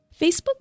Facebook